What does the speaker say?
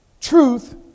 Truth